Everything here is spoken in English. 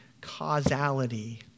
causality